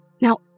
Now